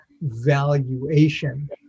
valuation